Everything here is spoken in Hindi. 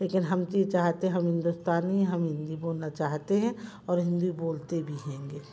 लेकिन हम तो ये चाहते हैं हम हिंदुस्तानी हैं हम हिंदी बोलना चाहते हैं और हिंदी बोलते भी हैंगे